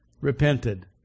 repented